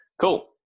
Cool